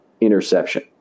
interception